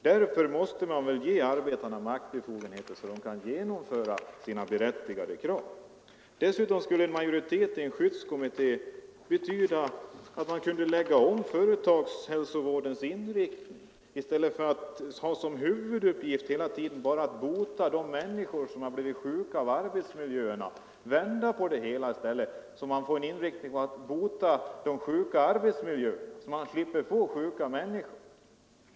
Därför måste man ge arbetarna maktbefogenheter så att de kan genomföra sina berättigade krav. Dessutom skulle en majoritet i en skyddskommitté betyda att företagshälsovårdens inriktning kunde läggas om. I stället för att ha som huvuduppgift att bara bota de människor som har blivit sjuka av arbetsmiljöerna skulle man kunna vända på det hela och låta företagshälsovården bota de sjuka arbetsmiljöerna så att man slipper så många sjuka människor.